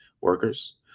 workers